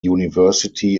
university